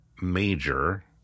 major